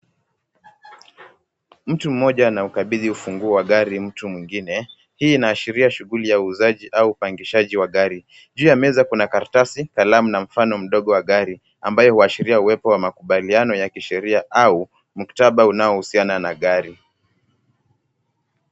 Mtu mmoja anaukabidhi ufunguo wa gari mtu mwingine hii inaashiria shughuli ya uuzaji au upangishaji wa gari. Juu ya meza kuna karatasi kalamu na mfanomdogo wa gari ambao inaashiria uwepo wa makubaliano ya kisheria au muktaba unaohusina na gari.